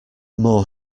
more